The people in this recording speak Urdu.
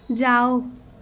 جاؤ